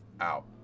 out